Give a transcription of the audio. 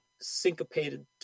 syncopated